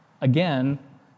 again